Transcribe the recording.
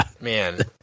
Man